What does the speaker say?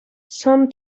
some